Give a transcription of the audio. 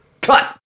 Cut